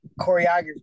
choreography